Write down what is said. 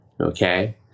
Okay